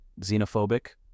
xenophobic